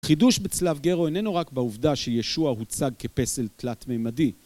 החידוש בצלב גרו איננו רק בעובדה שישוע הוצג כפסל תלת מימדי